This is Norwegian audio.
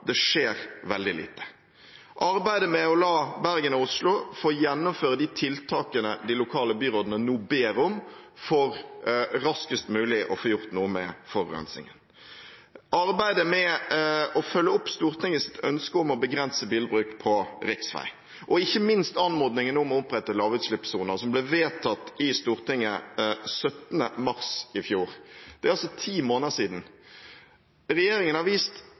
det skjer veldig lite – arbeidet med å la Bergen og Oslo få gjennomføre de tiltakene de lokale byrådene nå ber om, for raskest mulig å få gjort noe med forurensningen, arbeidet med å følge opp Stortingets ønske om å begrense bilbruk på riksvei og ikke minst anmodningen om å opprette lavutslippssoner, som ble vedtatt i Stortinget den 17. mars i fjor, altså for ti måneder siden. Regjeringen har vist